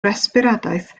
resbiradaeth